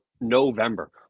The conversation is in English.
November